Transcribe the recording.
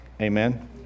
Amen